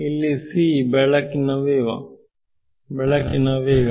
ಇಲ್ಲಿ c ಬೆಳಕಿನ ವೇಗ